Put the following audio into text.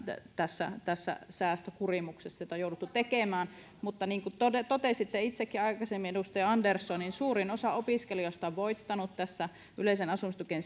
tässä tässä säästökurimuksessa jota on jouduttu tekemään mutta niin kuin totesitte itsekin aikaisemmin edustaja andersson suurin osa opiskelijoista on voittanut tässä yleiseen asumistukeen